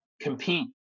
compete